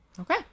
Okay